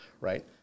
Right